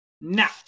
Now